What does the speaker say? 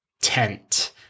tent